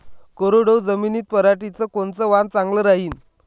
कोरडवाहू जमीनीत पऱ्हाटीचं कोनतं वान चांगलं रायीन?